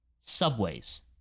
subways